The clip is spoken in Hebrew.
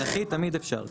אנכי תמיד אפשר.